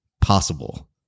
possible